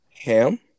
Ham